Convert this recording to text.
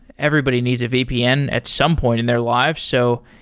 everybody needs a vpn at some point in their lives. so,